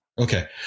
Okay